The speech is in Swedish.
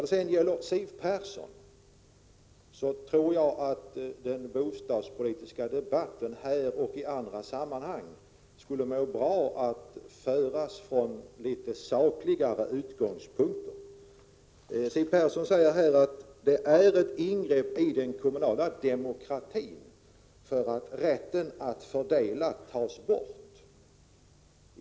Till Siw Persson vill jag säga att den bostadspolitiska debatten här och i andra sammanhang skulle må bra av att föras från litet sakligare utgångspunkter. Siw Persson säger att avskaffandet av den kommunala fördelningsrätten är ett ingrepp i den kommunala demokratin.